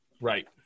Right